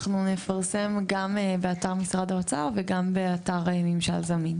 אנחנו נפרסם גם באתר משרד האוצר וגם באתר ממשל זמין.